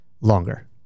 longer